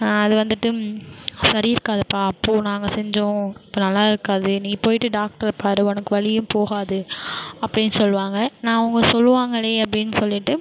அது வந்துட்டு சரி இருக்காதுப்பா அப்போது நாங்கள் செஞ்சோம் இப்போ நல்லா இருக்காது நீ போய்ட்டு டாக்ட்ரை பார் உனக்கு வலியும் போகாது அப்டின்னு சொல்வாங்க நான் அவங்க சொல்வாங்களே அப்டின்னு சொல்லிட்டு